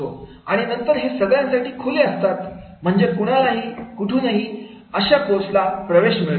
आणि नंतर हे सगळ्यांसाठी खुले म्हणजे कुणालाही कुठूनही अशा पोचला प्रवेश मिळतो